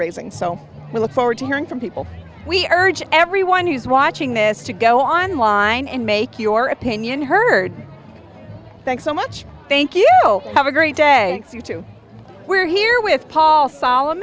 raising so we look forward to hearing from people we urge everyone who's watching this to go online and make your opinion heard thanks so much thank you have a great day for you too we're here with paul sol